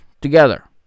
together